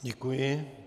Děkuji.